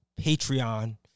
Patreon